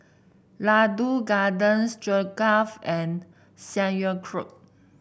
Ladoo Garden Stroganoff and Sauerkraut